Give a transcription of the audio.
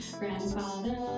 grandfather